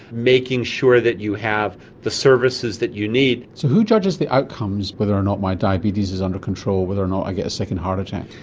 making sure that you have the services that you need. so who judges the outcomes whether or not my diabetes is under control, whether or not i get a second heart attack?